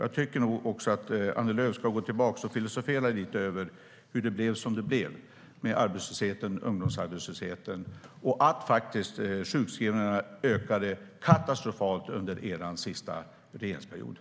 Jag tycker att Annie Lööf ska filosofera lite över hur det blev som det blev med arbetslösheten och ungdomsarbetslösheten och att sjukskrivningarna ökade katastrofalt under er sista regeringsperiod.